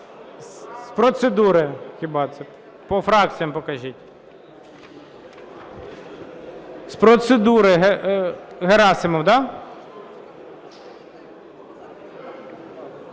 З процедури? По фракціях покажіть. З процедури Герасимов, да?